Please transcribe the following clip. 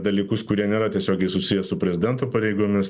dalykus kurie nėra tiesiogiai susiję su prezidento pareigomis